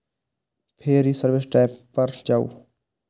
फेर ई service tab पर जाउ